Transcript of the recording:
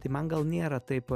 tai man gal nėra taip